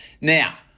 Now